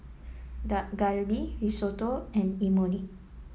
Dak Galbi Risotto and Imoni